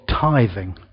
tithing